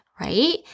Right